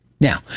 Now